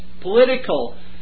political